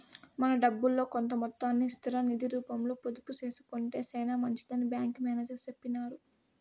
మన డబ్బుల్లో కొంత మొత్తాన్ని స్థిర నిది రూపంలో పొదుపు సేసుకొంటే సేనా మంచిదని బ్యాంకి మేనేజర్ సెప్పినారు